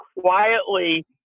quietly